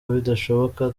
bidashoboka